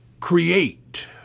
create